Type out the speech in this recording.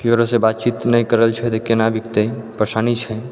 ककरो सँ बात चीत नहि करल छै तऽ केना बिकतै परेशानी छै